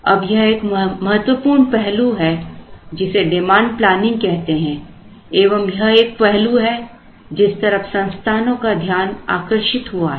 अब यह एक महत्वपूर्ण पहलू है जिसे डिमांड प्लानिंग कहते हैं एवं यह एक पहलू है जिस तरफ संस्थानों का ध्यान आकर्षित हुआ है